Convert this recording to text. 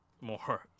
more